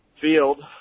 field